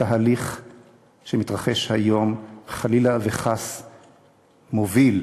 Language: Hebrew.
התהליך שמתרחש היום חלילה וחס מוביל.